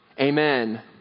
Amen